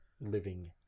living